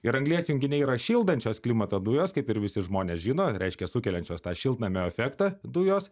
ir anglies junginiai yra šildančios klimatą dujos kaip ir visi žmonės žino reiškia sukeliančios šiltnamio efektą dujos